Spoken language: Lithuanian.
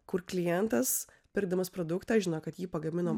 kur klientas pirkdamas produktą žino kad jį pagamino